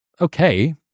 okay